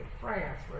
France